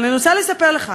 אבל אני רוצה לספר לך